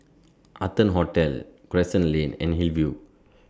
Arton Hotel Crescent Lane and Hillview